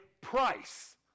price